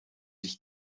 sich